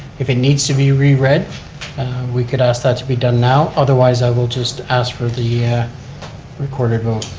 if it needs to be reread we could ask that to be done now. otherwise, i will just ask for the ah recorded vote.